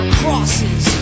crosses